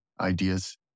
ideas